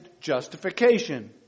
justification